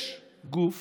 יש גוף